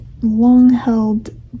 long-held